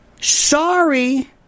sorry